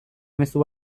mezu